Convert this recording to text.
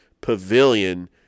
Pavilion